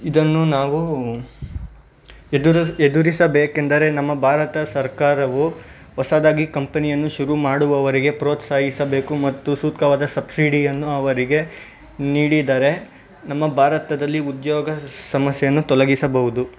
ಇದನ್ನು ನಾವು ಎದುರಿಸಿ ಎದುರಿಸಬೇಕೆಂದರೆ ನಮ್ಮ ಭಾರತ ಸರ್ಕಾರವು ಹೊಸದಾಗಿ ಕಂಪನಿಯನ್ನು ಶುರು ಮಾಡುವವರೆಗೆ ಪ್ರೋತ್ಸಾಹಿಸಬೇಕು ಮತ್ತು ಸೂಕ್ತವಾದ ಸಬ್ಸಿಡಿಯನ್ನು ಅವರಿಗೆ ನೀಡಿದರೆ ನಮ್ಮ ಭಾರತದಲ್ಲಿ ಉದ್ಯೋಗ ಸಮಸ್ಯೆಯನ್ನು ತೊಲಗಿಸಬಹುದು